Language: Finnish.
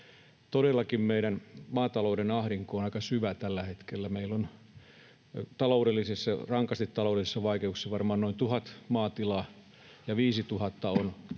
Todellakin meillä maatalouden ahdinko on aika syvä tällä hetkellä. Meillä on rankasti taloudellisissa vaikeuksissa varmaan noin tuhat maatilaa ja viisituhatta on